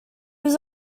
was